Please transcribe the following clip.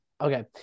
Okay